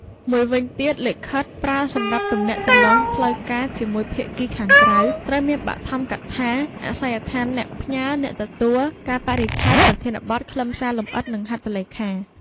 មួយវិញទៀត លិខិត ប្រើសម្រាប់ទំនាក់ទំនងផ្លូវការជាមួយភាគីខាងក្រៅ ត្រូវមានបឋមកថា អាសយដ្ឋានអ្នកផ្ញើ អ្នកទទួល កាលបរិច្ឆេទ ប្រធានបទ ខ្លឹមសារលម្អិត និងហត្ថលេខា។